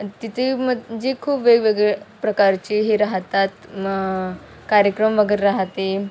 आणि तिथे म्हणजे खूप वेगवेगळे प्रकारचे हे राहतात कार्यक्रम वगैरे राहते